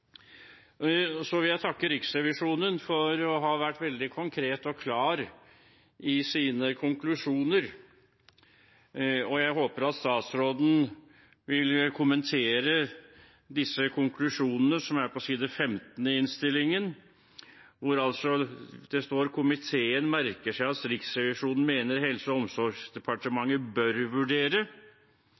Så vil jeg takke Riksrevisjonen for å ha vært veldig konkret og klar i sine konklusjoner, og jeg håper at statsråden vil kommentere disse konklusjonene, som er på side 15 i innstillingen, hvor det står: «Komiteen merker seg at Riksrevisjonen mener Helse- og omsorgsdepartementet bør vurdere»